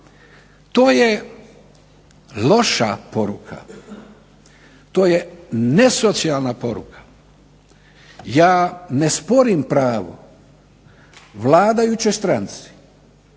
To je loša poruka, to je nesocijalna poruka. Ja ne sporim pravo vladajućoj stranci